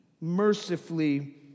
mercifully